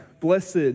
Blessed